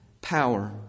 power